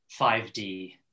5D